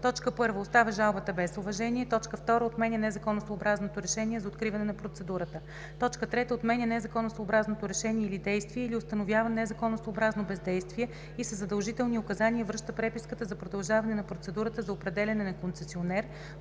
което: 1. оставя жалбата без уважение; 2. отменя незаконосъобразното решение за откриване на процедурата; 3. отменя незаконосъобразното решение или действие или установява незаконосъобразното бездействие и със задължителни указания връща преписката за продължаване на процедурата за определяне на концесионер